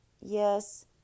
Yes